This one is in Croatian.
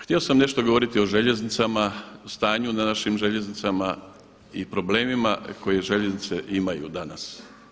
Htio sam nešto govoriti o željeznicama, o stanju na našim željeznicama i problemima koje željeznice imaju danas.